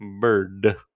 Bird